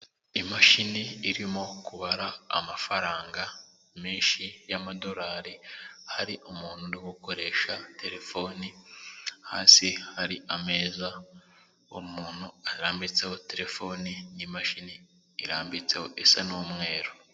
Imashini irimo kubara amafaranga menshi y'amadolari, hari umuntu uri gukoresha telefoni hasi hari ameza, uwo muntu arambitseho terefoni n'imashini irambitseho isa n'umweru.